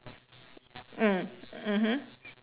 mm mmhmm